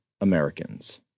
Americans